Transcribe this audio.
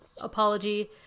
apology